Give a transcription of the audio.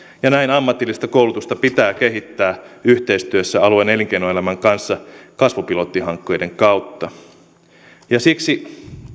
ja näin ammatillista koulutusta pitää kehittää yhteistyössä alueen elinkeinoelämän kanssa kasvupilottihankkeiden kautta siksi